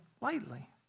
lightly